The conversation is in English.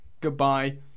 goodbye